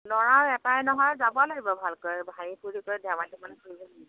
ল'ৰাও এটাই নহয় যাব লাগিব ভালকৈ হাঁহি ফূৰ্তি কৰি ধেমালি চেমালি কৰিব লাগিব